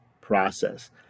process